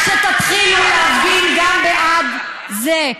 תתביישי, כדאי שתתחילו להפגין גם בעד זה.